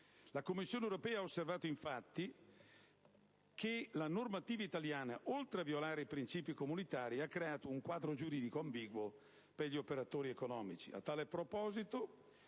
La Commissione europea ha osservato, infatti, che la normativa italiana, oltre a violare i principi comunitari, ha creato un quadro giuridico ambiguo per gli operatori economici.